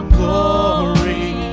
glory